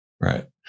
Right